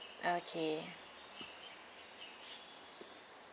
okay